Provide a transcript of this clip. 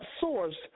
source